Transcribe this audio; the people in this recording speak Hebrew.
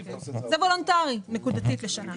זה וולנטרי, נקודתית לשנה.